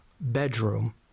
bedroom